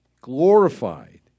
glorified